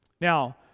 Now